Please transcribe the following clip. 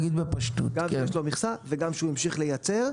גם כשיש לו מכסה וגם כשהוא ימשיך לייצר.